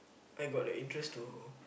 I got a interest to